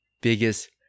biggest